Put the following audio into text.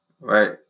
right